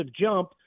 jump